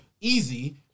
Easy